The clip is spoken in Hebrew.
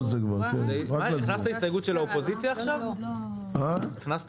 --- הכנסת הסתייגות של האופוזיציה עכשיו לחוק?